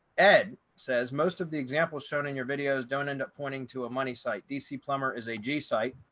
ed says most of the examples shown in your videos don't end up pointing to a money site dc plumber is a g site.